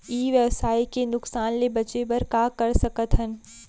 ई व्यवसाय के नुक़सान ले बचे बर का कर सकथन?